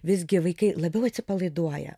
visgi vaikai labiau atsipalaiduoja